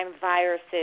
viruses